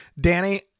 Danny